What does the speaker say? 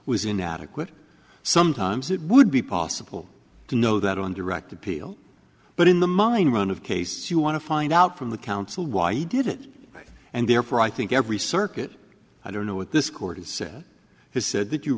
was inadequate sometimes it would be possible to know that on direct appeal but in the mine run of case you want to find out from the counsel why he did it and therefore i think every circuit i don't know what this court has said has said that you